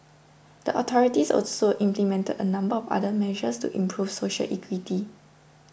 the authorities also implemented a number of other measures to improve social equity